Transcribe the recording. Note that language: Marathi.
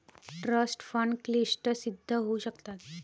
ट्रस्ट फंड क्लिष्ट सिद्ध होऊ शकतात